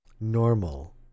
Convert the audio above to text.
normal